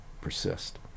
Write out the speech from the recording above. persist